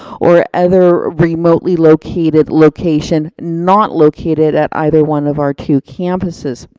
or other remotely located location, not located at either one of our two campuses.